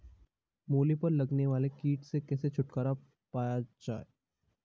मूली पर लगने वाले कीट से कैसे छुटकारा पाया जाये?